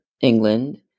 England